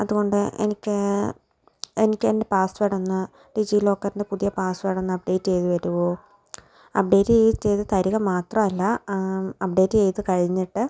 അതുകൊണ്ട് എനിക്ക് എനിക്കെന്റെ പാസ്വേടൊന്നു ഡിജി ലോക്കറിന്റെ പുതിയ പാസ്വേഡ് ഒന്ന് അപ്ഡേറ്റ് ചെയ്തു തരുമോ അപ്ഡേറ്റ് ചെയ്തു തരിക മാത്രമല്ല അപ്ഡേറ്റ് ചെയ്തു കഴിഞ്ഞിട്ട്